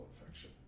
infection